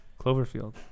Cloverfield